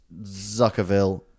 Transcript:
Zuckerville